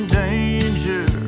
danger